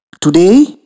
Today